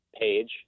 page